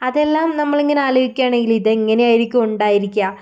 അതെല്ലാം നമ്മളിങ്ങനെ ആലോചിക്കുകയാണെങ്കിൽ ഇതെങ്ങനെ ആയിരിക്കും ഉണ്ടായിരിക്കുക